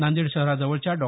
नांदेड शहराजवळच्या डॉ